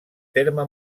terme